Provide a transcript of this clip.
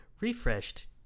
refreshed